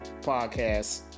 podcast